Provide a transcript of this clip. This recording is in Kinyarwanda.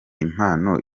impano